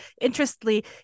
interestingly